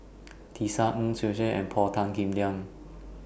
Tisa Ng Tsung Yeh and Paul Tan Kim Liang